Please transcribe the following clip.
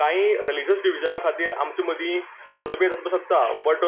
कांय रिलिजियस डिव्हिजना खातीर आमचे मदीं मतभेद आसूंक शकता बट